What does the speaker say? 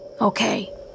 Okay